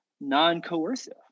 non-coercive